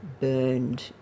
burned